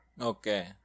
Okay